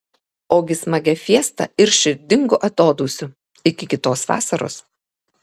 ogi smagia fiesta ir širdingu atodūsiu iki kitos vasaros